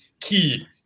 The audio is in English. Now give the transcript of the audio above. key